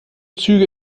züge